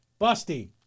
Busty